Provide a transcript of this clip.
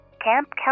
Camp